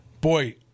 Boy